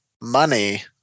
money